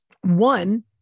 one